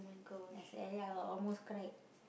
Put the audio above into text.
I see ya I almost cried